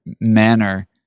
manner